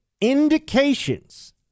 Indications